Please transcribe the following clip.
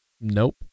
Nope